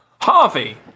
Harvey